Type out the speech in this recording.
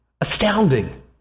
Astounding